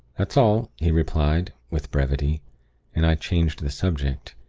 that's all, he replied, with brevity and i changed the subject,